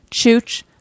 Chooch